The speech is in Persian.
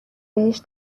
بهش